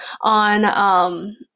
on